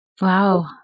Wow